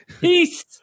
peace